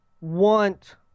want